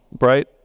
Right